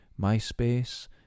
MySpace